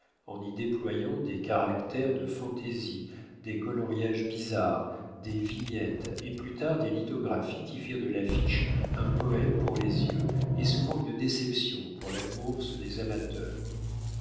en y déployant des caractères de fantaisie des coloriages bizarres des vignettes et plus tard des lithographies qui firent de l'affiche un poème pour les yeux et souvent une déception pour la bourse des amateurs